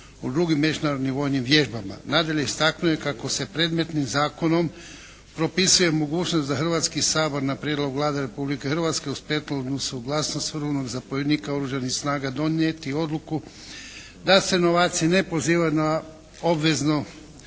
u drugim međunarodnim vojnim vježbama. Nadalje, istaknuo je kako se predmetnim zakonom propisuje mogućnost da Hrvatski sabor na prijedlog Vlade Republike Hrvatske uz prethodnu suglasnost vrhovnog zapovjednika Oružanih snaga donijeti odluku da se novaci ne pozivaju na obvezno